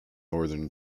northern